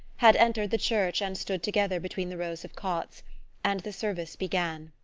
had entered the church and stood together between the rows of cots and the service began.